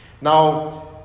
Now